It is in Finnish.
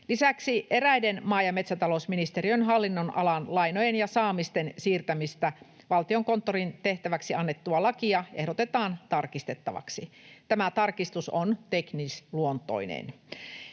Lisäksi eräiden maa- ja metsätalousministeriön hallinnonalan lainojen ja saamisten siirtämisestä Valtiokonttorin hoidettavaksi annettua lakia ehdotetaan tarkistettavaksi. Tämän tarkistus on teknisluontoinen.